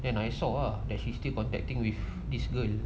then I saw ah that she still contacting with this girl